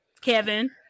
kevin